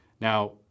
Now